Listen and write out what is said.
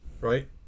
right